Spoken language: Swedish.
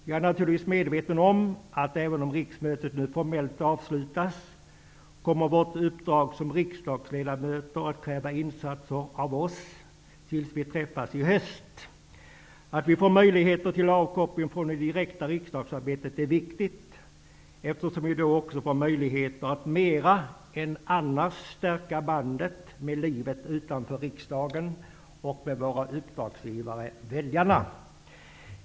Jag är naturligtvis medveten om att även om riksmötet nu formellt avslutas kommer vårt uppdrag som riksdagsledamöter att kräva insatser av oss tills vi träffas i höst. Att vi får möjligheter till avkoppling från det direkta riksdagsarbetet är viktigt, eftersom vi då också får möjlighet att mera än annars stärka bandet med livet utanför riksdagen och med våra uppdragsgivare väljarna.